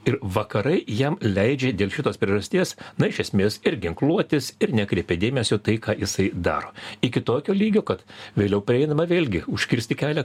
ir vakarai jam leidžia dėl šitos priežasties na iš esmės ir ginkluotis ir nekreipė dėmesio tai ką jisai daro iki tokio lygio kad vėliau prieinama vėlgi užkirsti kelią